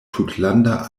tutlanda